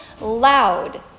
loud